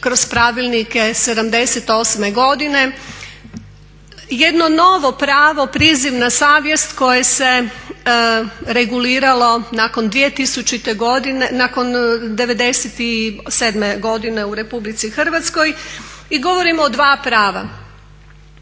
kroz pravilnike '78. godine. Jedno novo pravo priziv na savjest koje se reguliralo nakon '97. godine u RH i govorimo o dva prava.